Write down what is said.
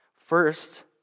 First